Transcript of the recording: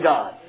God